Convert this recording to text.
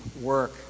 work